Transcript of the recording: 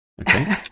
Okay